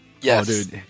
Yes